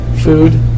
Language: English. food